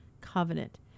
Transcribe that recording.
covenant